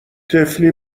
طفلی